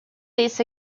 this